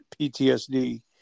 PTSD